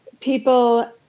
people